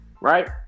right